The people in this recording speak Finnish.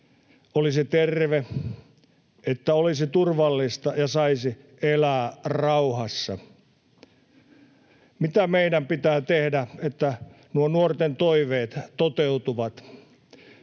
olisi terve, olisi turvallista ja saisi elää rauhassa. Mitä meidän pitää tehdä, että nuo nuorten toiveet toteutuvat: